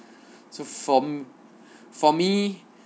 so for for me